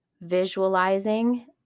visualizing